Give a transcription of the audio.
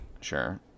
sure